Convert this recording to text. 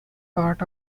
part